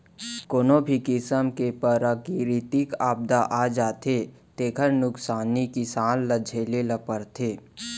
कोनो भी किसम के पराकिरितिक आपदा आ जाथे तेखर नुकसानी किसान ल झेले ल परथे